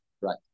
Right